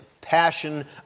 passion